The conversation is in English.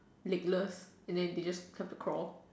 legless and then they just have to crawl